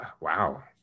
wow